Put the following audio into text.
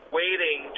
waiting